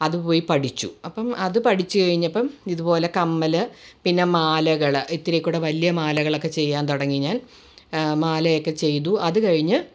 അത് പോയി പഠിച്ചു അപ്പം അത് പഠിച്ചു കഴിഞ്ഞപ്പം ഇതുപോലെ കമ്മല് പിന്നെ മാലകള് ഇത്തിരിക്കൂടെ വലിയ മാലകളൊക്കെ ചെയ്യാൻ തുടങ്ങി ഞാൻ മാലയൊക്കെ ചെയ്തു അത് കഴിഞ്ഞ്